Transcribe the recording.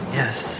yes